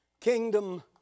kingdom